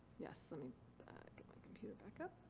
yes, let me get my computer back up.